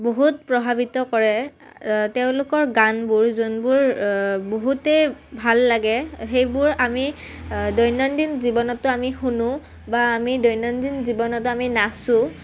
বহুত প্ৰভাৱিত কৰে তেওঁলোকৰ গানবোৰ যোনবোৰ বহুতেই ভাল লাগে সেইবোৰ আমি দৈনন্দিন জীৱনতো আমি শুনো বা আমি দৈনন্দিন জীৱনতো আমি নাচোঁ